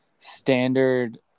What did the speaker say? standard